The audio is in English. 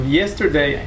yesterday